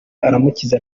aramukiza